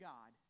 God